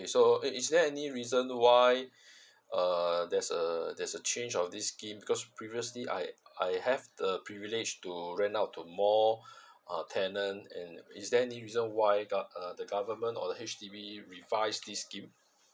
so is there any reason why uh there's a there's a change of this scheme because previously I I have the privilege to rent out to more uh tenant and is there any reason why gov~ uh the government or H_D_B revise this scheme